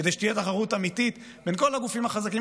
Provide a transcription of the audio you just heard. כדי שתהיה תחרות אמיתית בין כל הגופים החזקים,